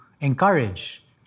encourage